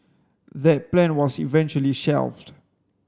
that plan was eventually shelved